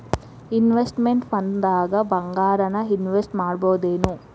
Investment ಫಂಡ್ದಾಗ್ ಭಂಗಾರಾನ invest ಮಾಡ್ಬೊದೇನು?